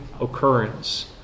occurrence